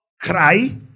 cry